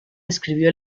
escribió